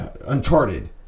Uncharted